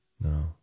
no